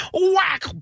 whack